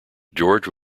george